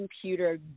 computer